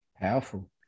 powerful